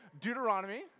Deuteronomy